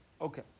Okay